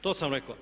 To sam rekao.